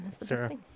Sarah